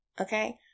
Okay